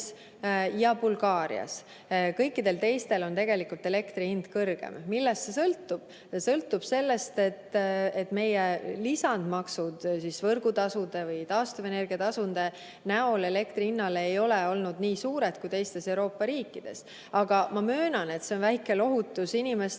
ja Bulgaarias, kõikidel teistel on tegelikult elektri hind kõrgem. Millest see sõltub? See sõltub sellest, et meie lisamaksud võrgutasude ja taastuvenergia tasude näol ei ole olnud nii suured kui teistes Euroopa riikides. Aga ma möönan, et see on väike lohutus inimestele,